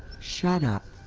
shut up.